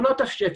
בעונת השפל,